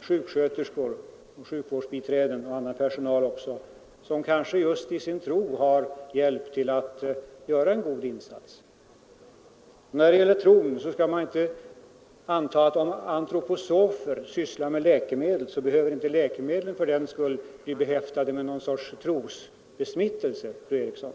sjuksköterskor, sjukvårdsbiträden och annan personal, som kanske just i sin tro har hjälp att göra en god insats. Om antroposofer sysslar med läkemedel behöver inte läkemedlen fördenskull bli behäftade med någon sorts trosbesmittelse, fru Eriksson.